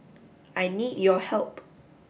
I need your help